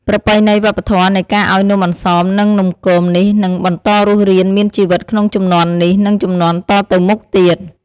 ប្រពៃណីវប្បធម៌នៃការឱ្យនំអន្សម និងនំគមនេះនឹងបន្តរស់រានមានជីវិតក្នុងជំនាន់នេះ និងជំនាន់តទៅមុខទៀត។